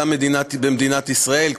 גם במדינת ישראל,